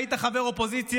כשהיית חבר אופוזיציה,